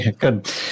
good